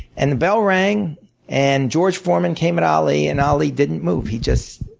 and the bell rang and george foreman came at ali, and ali didn't move. he just